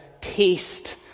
taste